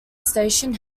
station